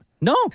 No